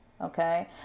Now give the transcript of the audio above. Okay